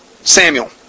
Samuel